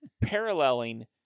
Paralleling